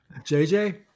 JJ